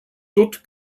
dort